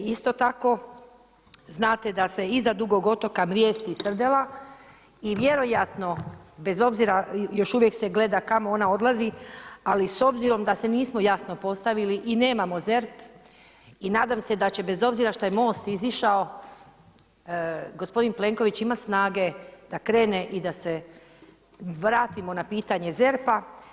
Isto tako, znate da se iza Dugog otoka mrijesti srdela i vjerojatno bez obzira, još uvijek se gleda kamo ona odlazi, ali s obzirom da se nismo jasno postavili i nemamo ZERP i nadam se da će bez obzira što je MOST izišao, gospodin Plenković imati snage da krene i da se vratimo na pitanje ZERP-a.